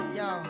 yo